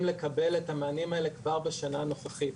לקבל את המענים האלה כבר בשנה הנוכחית,